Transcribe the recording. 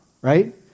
right